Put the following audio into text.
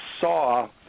saw